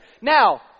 Now